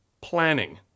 planning